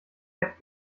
fett